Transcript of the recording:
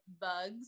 bugs